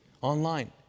Online